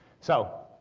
so,